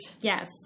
Yes